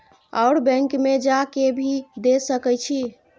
और बैंक में जा के भी दे सके छी?